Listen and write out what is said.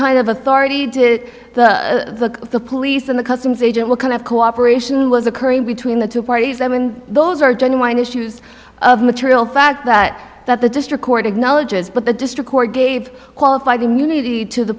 kind of authority did the the police in the customs agent what kind of cooperation was occurring between the two parties i mean those are genuine issues of material fact that that the district court acknowledges but the district court gave qualified immunity to the